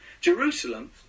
Jerusalem